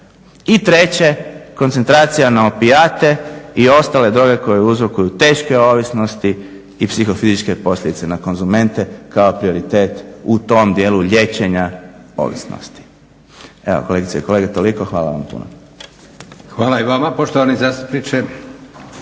I treće, koncentracija na opijate i ostale droge koje uzrokuju teške ovisnosti i psihofizičke posljedice na konzumente kao prioritet u tom dijelu liječenja ovisnosti. Evo, kolegice i kolege toliko. Hvala vam puno. **Leko, Josip (SDP)** Hvala i vama poštovani zastupniče.